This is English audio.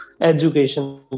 education